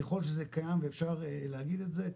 ככל שזה קיים ואפשר להגיד את זה,